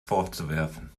vorzuwerfen